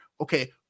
Okay